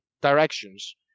directions